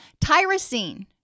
Tyrosine